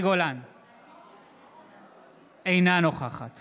אינה נוכחת